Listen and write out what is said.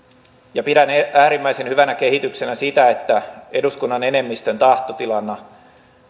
pidän äärimmäisen hyvänä kehityksenä sitä että eduskunnan enemmistön tahtotilana